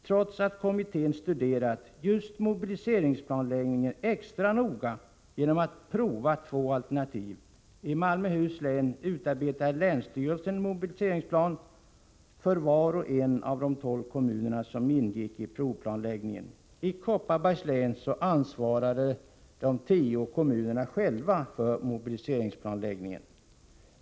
Kommittén hade studerat just mobiliseringsplanläggning extra noga genom att pröva två alternativ. I Malmöhus län utarbetade länsstyrelsen en mobiliseringsplan för var och en av de tolv kommunerna som ingick i planläggningen, och i Kopparbergs län ansvarade de tio kommunerna själva för mobiliseringsplanerna.